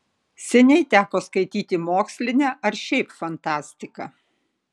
seniai teko skaityti mokslinę ar šiaip fantastiką